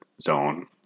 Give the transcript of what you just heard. zone